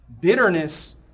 bitterness